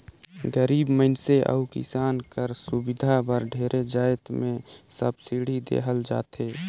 गरीब मइनसे अउ किसान कर सुबिधा बर ढेरे जाएत में सब्सिडी देहल जाथे